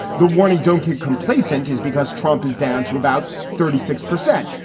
the warning don't get complacent is because trump is down to about thirty six percent.